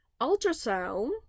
ultrasound